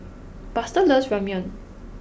Buster loves Ramyeon